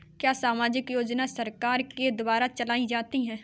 क्या सामाजिक योजना सरकार के द्वारा चलाई जाती है?